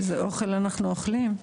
איזה אוכל אנחנו אוכלים,